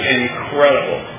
incredible